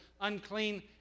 unclean